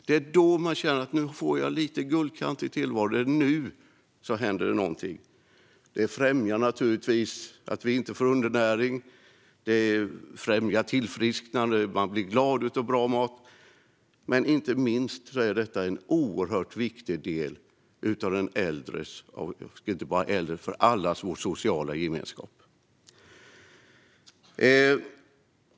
Det är då de känner att de får lite guldkant i tillvaron och att det händer någonting. Det främjar naturligtvis att inte undernäring uppstår. Det främjar tillfrisknande, och man blir glad av bra mat. Men inte minst är detta en oerhört viktig del av inte bara de äldres utan allas vår sociala gemenskap.